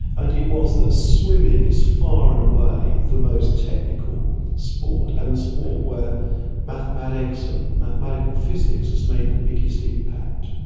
and it was that swimming is far and away the most technical sport and the sport where mathematics and mathematical physics has made the biggest impact.